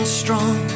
strong